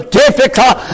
difficult